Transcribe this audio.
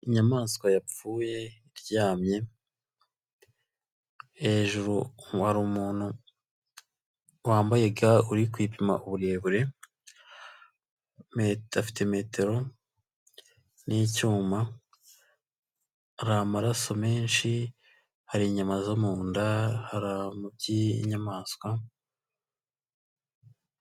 Inyamaswa yapfuye iryamye, hejuru hari umuntu wambaye ga uri kuyipima uburebure, afite metero n'icyuma, hari amaraso menshi, hari inyama zo mu nda, hari amabyi y'inyamaswa.